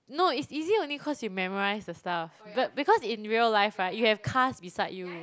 no it's easier only cause you memorise the stuff but because in real life right you have cars beside you